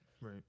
right